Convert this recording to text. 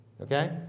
Okay